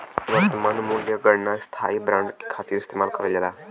वर्तमान मूल्य गणना स्थायी बांड के खातिर इस्तेमाल करल जाला